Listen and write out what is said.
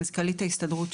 מזכ"לית ההסתדרות,